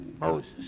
Moses